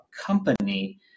company